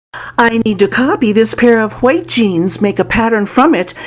i need to copy this pair of white jeans, make a pattern from it,